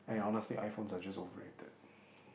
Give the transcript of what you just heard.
and honestly iPhones are just overrated